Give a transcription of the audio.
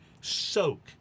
soak